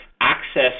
access